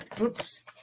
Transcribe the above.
Oops